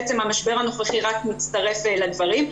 המשבר הנוכחי רק מצטרף לדברים.